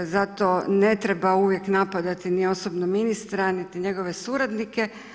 Zato ne treba uvijek napadati ni osobno ministra, niti njegove suradnike.